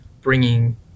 bringing